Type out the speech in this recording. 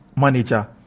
manager